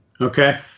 Okay